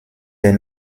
der